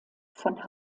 von